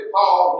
Paul